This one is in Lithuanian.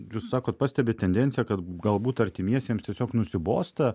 jūs sakot pastebit tendenciją kad galbūt artimiesiems tiesiog nusibosta